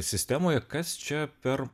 sistemoje kas čia per